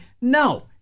no